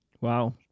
Wow